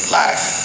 life